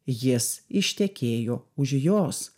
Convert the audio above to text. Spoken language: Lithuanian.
jis ištekėjo už jos